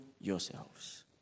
yourselves